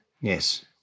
Yes